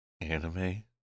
anime